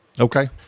Okay